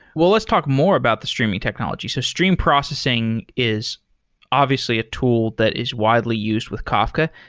well, let's talk more about the streaming technology. so stream processing is obviously a tool that is widely used with kafka.